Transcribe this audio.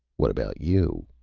what about you?